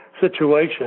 situation